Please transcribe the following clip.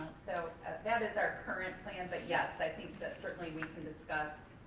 so ah that is our current plan, but yes, i think that certainly we can discuss